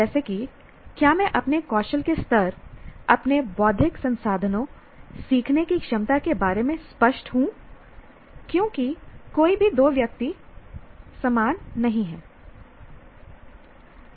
जैसे कि क्या मैं अपने कौशल के स्तर अपने बौद्धिक संसाधनों सीखने की क्षमता के बारे में स्पष्ट हूं क्योंकि कोई भी दो व्यक्ति समान नहीं हैं